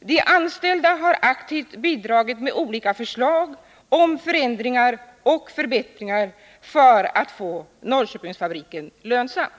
De anställda har aktivt bidragit med olika förslag till förändringar och förbättringar för att få Norrköpingsfabriken lönsam.